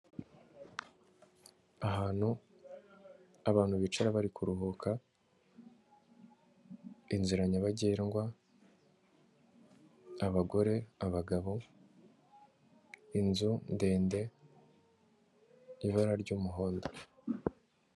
Ahantu abantu bicara bari kuruhuka inzira nyabagendwa, abagore, abagabo, inzu ndende ibara ry'umuhondo.